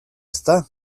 ezta